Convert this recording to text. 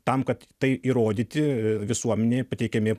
tam kad tai įrodyti visuomenei pateikiami